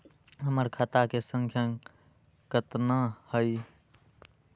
हमर खाता के सांख्या कतना हई?